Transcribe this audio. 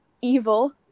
evil